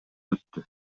өттү